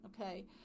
okay